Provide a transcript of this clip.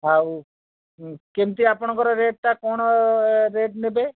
ଆଉ କେମିତି ଆପଣଙ୍କର ରେଟ୍ଟା କ'ଣ ରେଟ୍ ନେବେ